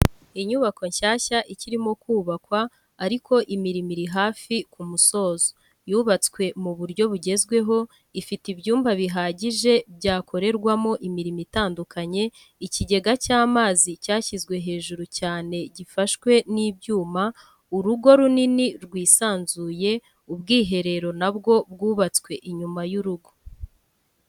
Inyubako nshyashya ikirimo kubakwa ariko imirimo iri hafi ku musozo yubatswe mu buryo bugezweho ifite ibyumba bihagije byakorerwamo imirimo itandukanye, ikigega cy'amazi cyashyizwe hejuru cyane gifashwe n'ibyuma, urugo runini rwisanzuye, ubwiherero nabwo bwubatswe inyuma y'urugo.